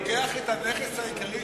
אתה לוקח את הנכס העיקרי,